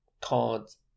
cards